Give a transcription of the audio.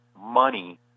money